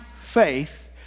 faith